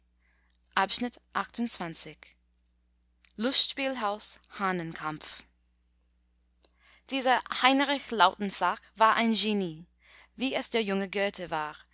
lustspiel haus hahnenkampf dieser heinrich lautensack war ein genie wie es der junge goethe war